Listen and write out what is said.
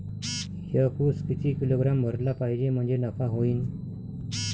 एक उस किती किलोग्रॅम भरला पाहिजे म्हणजे नफा होईन?